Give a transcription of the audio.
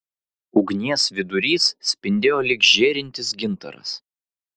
ugnies vidurys spindėjo lyg žėrintis gintaras